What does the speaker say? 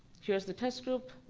here's the test group,